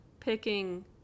Picking